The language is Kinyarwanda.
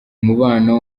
umubano